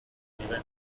nivel